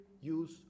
use